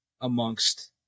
amongst